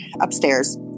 upstairs